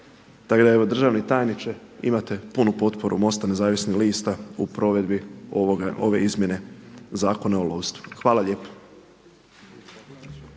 da evo državne tajniče imate punu potporu MOST-a nezavisnih lista u provedbi ove izmjene Zakona o lovstvu. Hvala lijepo.